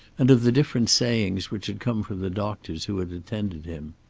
and of the different sayings which had come from the doctors who had attended him.